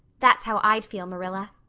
that's how i'd feel, marilla.